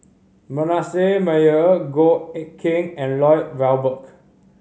Manasseh Meyer Goh Eck Kheng and Lloyd Valberg